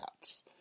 cats